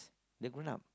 they grown up